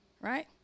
right